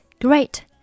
Great